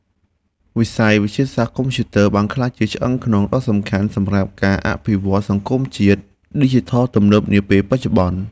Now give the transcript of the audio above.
វិស័យវិទ្យាសាស្ត្រកុំព្យូទ័របានក្លាយជាឆ្អឹងខ្នងដ៏សំខាន់សម្រាប់ការអភិវឌ្ឍសង្គមឌីជីថលទំនើបនាពេលបច្ចុប្បន្ន។